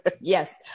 Yes